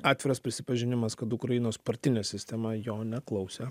atviras prisipažinimas kad ukrainos partinė sistema jo neklausė